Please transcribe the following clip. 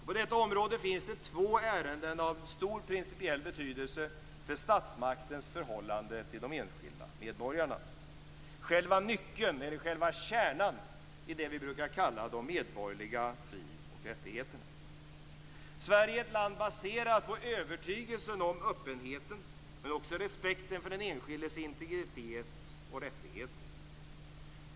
På det området finns det två ärenden av stor principiell betydelse för statsmaktens förhållande till de enskilda medborgarna; själva nyckeln, eller kärnan i det vi brukar kalla de medborgerliga fri och rättigheterna. Sverige är ett land baserat på övertygelsen om öppenhet men också respekt för den enskildes integritet och rättigheter.